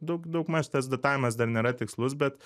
daug daugmaž tas datavimas dar nėra tikslus bet